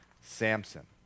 Samson